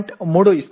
3 ఇస్తుంది